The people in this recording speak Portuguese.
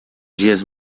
dias